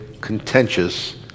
contentious